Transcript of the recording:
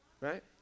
right